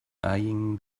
eyeing